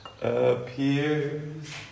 appears